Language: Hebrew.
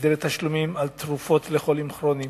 הסדרי תשלומים על תרופות לחולים כרוניים.